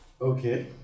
Okay